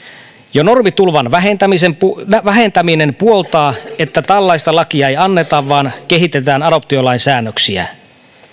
jo normitulvan vähentäminen vähentäminen puoltaa että tällaista lakia ei anneta vaan kehitetään adoptiolain säännöksiä